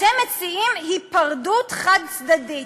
אתם מציעים היפרדות חד-צדדית.